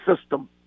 system